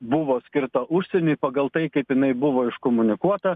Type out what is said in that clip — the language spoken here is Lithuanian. buvo skirta užsieny pagal tai kaip jinai buvo iškomunikuota